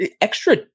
extra